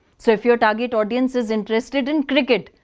so if your target audience is interested in cricket,